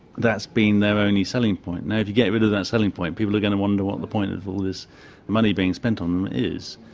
that's been their only selling point. now if you get rid of that selling point people are going to wonder what the point of all this money being spent on them is.